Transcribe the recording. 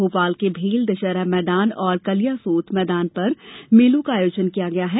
भोपाल के भेल दशहरा मैदान और कलियासेत मैदान में मेले का आयोजन किया गया है